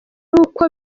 ukwo